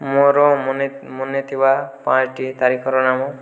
ମୋର ମନେ ମନେ ଥିବା ପାଞ୍ଚ୍ଟି ତାରିଖର ନାମ